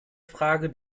frage